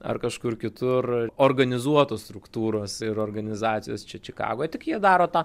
ar kažkur kitur organizuotos struktūros ir organizacijos čia čikagoj tik jie daro tą